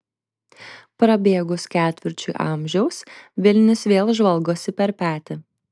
prabėgus ketvirčiui amžiaus vilnius vėl žvalgosi per petį